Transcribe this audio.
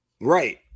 right